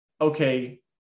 okay